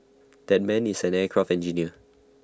that man is an aircraft engineer